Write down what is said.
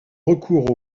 recours